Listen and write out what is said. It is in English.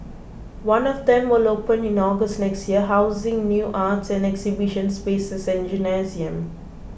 one of them will open in August next year housing new arts and exhibition spaces and a gymnasium